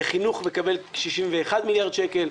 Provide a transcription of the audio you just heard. חינוך - מקבל 61 מיליארד שקל.